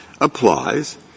applies